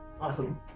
Awesome